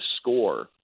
score